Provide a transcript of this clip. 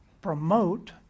promote